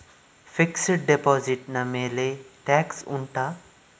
fixed deposit ನ ಮೇಲೆ tax ಉಂಟಾ